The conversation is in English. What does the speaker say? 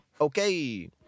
okay